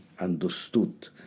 understood